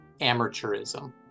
amateurism